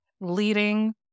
leading